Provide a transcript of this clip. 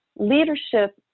Leadership